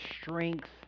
strength